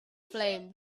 flame